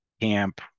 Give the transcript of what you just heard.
camp